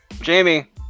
Jamie